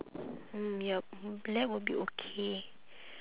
mm yup black will be okay